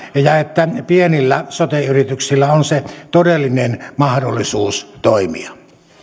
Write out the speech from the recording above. ja että pienillä sote yrityksillä on se todellinen mahdollisuus toimia